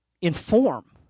inform